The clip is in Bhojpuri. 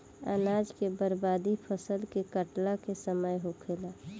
अनाज के बर्बादी फसल के काटला के समय होखेला